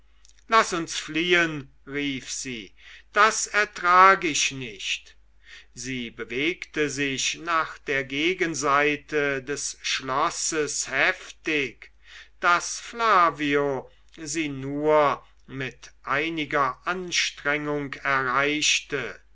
laß uns fliehen rief sie das ertrag ich nicht sie bewegte sich nach der gegenseite des schlosses heftig daß flavio sie nur mit einiger anstrengung erreichte